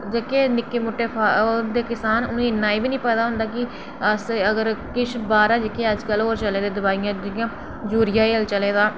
जेह्के निक्के मुट्टे ओह् होंदे किसान उ'नेंई उन्ना एह् बी निं पता होंदा की अस अगर किश बाह्रै जह्के अज्ज कल ओह् चले दे दवाइयां दुवुइयां यूरियां हैल चले